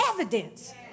evidence